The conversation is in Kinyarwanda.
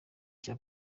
cya